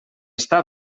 està